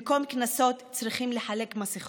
במקום קנסות צריכים לחלק מסכות,